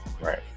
Right